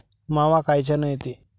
मावा कायच्यानं येते?